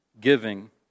giving